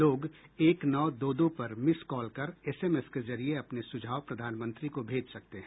लोग एक नौ दो दो पर मिस कॉल कर एसएमएस के जरिए अपने सुझाव प्रधानमंत्री को भेज सकते हैं